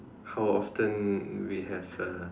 how often we have uh